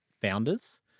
founders